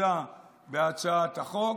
אחיזה בהצעת החוק,